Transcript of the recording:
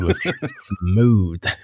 Smooth